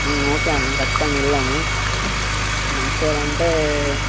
okay అన్న ఖచ్చితంగా వెళ్దాము మంచిర్యాల అంటే